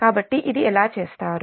కాబట్టి ఇది ఎలా చేస్తారు